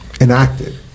Enacted